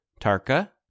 Tarka